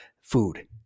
food